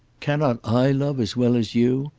cannot i love as well as you?